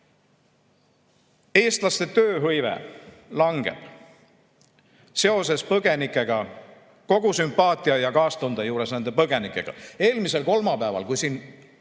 Eestlaste tööhõive langeb. Seoses põgenikega, kogu sümpaatia ja kaastunde juures nende põgenike vastu, eelmisel kolmapäeval, kui siin